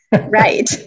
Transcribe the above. Right